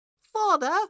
Father